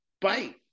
bite